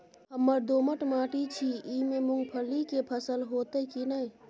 हमर दोमट माटी छी ई में मूंगफली के फसल होतय की नय?